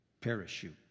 parachute